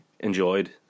enjoyed